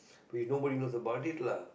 but th~ nobody knows about this lah